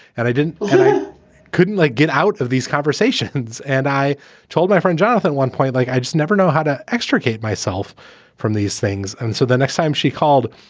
and i didn't i couldn't, like, get out of these conversations. and i told my friend jonathan one-point, like, i just never know how to extricate myself from these things and so the next time she called,